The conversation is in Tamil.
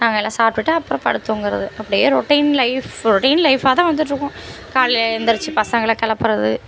நாங்கள் எல்லாம் சாப்பிட்டுட்டு அப்புறம் படுத்து தூங்குறது அப்படியே ரொட்டீன் லைஃப் ரொட்டீன் லைஃபாக தான் வந்துட்டுருக்கோம் காலைல எழுந்திரிச்சி பசங்களை கிளப்பறது